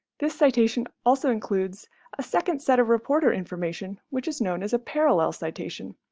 this citation also includes a second set of reporter information, which is known as a parallel citation.